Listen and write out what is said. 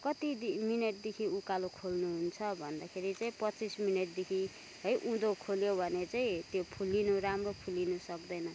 कति मिनटदेखि उकालो खोल्नु हुन्छ भन्दाखेरि चाहिँ पच्चिस मिनटदेखि है उँधो खोल्यो भने चाहिँ त्यो फुल्लिनु राम्रो फुल्लिनु सक्दैन